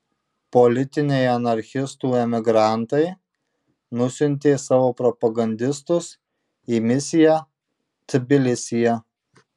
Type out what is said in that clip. politiniai anarchistų emigrantai nusiuntė savo propagandistus į misiją tbilisyje